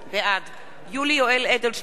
בעד יולי יואל אדלשטיין,